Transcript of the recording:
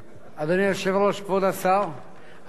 אני קודם כול רוצה להדגיש שייתכן שהשאילתא הזאת